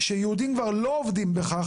שיהודים כבר לא עובדים בהן,